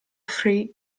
free